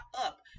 up